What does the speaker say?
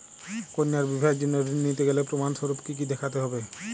কন্যার বিবাহের জন্য ঋণ নিতে গেলে প্রমাণ স্বরূপ কী কী দেখাতে হবে?